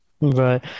Right